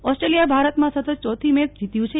Australia ભારતમાં સતત ચોથી મેચ જીત્યું છે